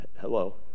Hello